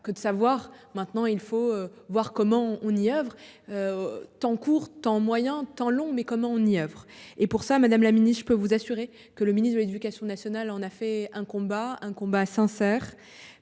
que de savoir maintenant il faut voir comment on Nièvre. Temps court moyen temps long mais comment Nièvre et pour ça, madame la mini-, je peux vous assurer que le ministre de l'Éducation nationale en a fait un combat, un combat sincère,